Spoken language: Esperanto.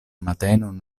matenon